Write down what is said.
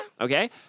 Okay